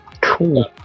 Cool